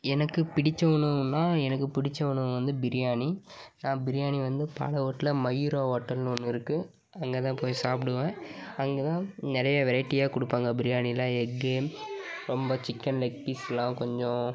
எனக்கு பிடித்த உணவுன்னால் எனக்கு பிடித்த உணவு வந்து பிரியாணி நான் பிரியாணி வந்து பாலக்கோட்டில் மயூரா ஓட்டல்னு ஒன்று இருக்குது அங்கே தான் போய் சாப்பிடுவேன் அங்கே தான் நிறைய வெரைட்டியாக கொடுப்பாங்க பிரியாணியில் எக்கு ரொம்ப சிக்கன் லெக் பீஸ்லாம் கொஞ்சம்